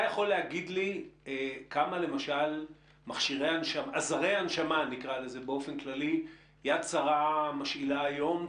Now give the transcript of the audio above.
אתה יכול להגיד כמה למשל עזרי הנשמה "יד שרה" משאילה היום.